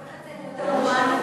זה הופך את זה ליותר הומני.